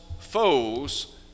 foes